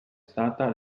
stata